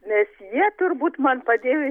nes jie turbūt man padėjo